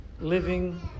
Living